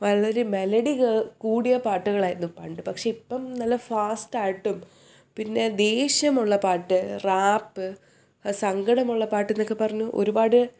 വളരെ മെലഡി കൂടിയ പാട്ടുകളായിരുന്നു പണ്ട് പക്ഷെ ഇപ്പം നല്ല ഫാസ്റ്റായിട്ടും പിന്നെ ദേഷ്യമുള്ള പാട്ട് റാപ്പ് സങ്കടമുള്ള പാട്ട് എന്നൊക്കെ പറഞ്ഞു ഒരുപാട്